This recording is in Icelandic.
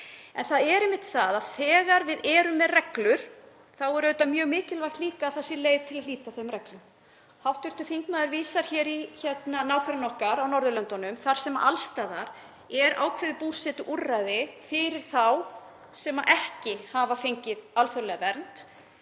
En það er einmitt það að þegar við erum með reglur þá er auðvitað mjög mikilvægt líka að það sé leið til að hlíta þeim reglum. Hv. þingmaður vísar hér í nágrenni okkar á Norðurlöndunum þar sem alls staðar er ákveðið búsetuúrræði fyrir þá sem ekki hafa fengið alþjóðlega vernd.